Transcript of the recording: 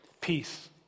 Peace